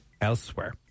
elsewhere